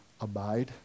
abide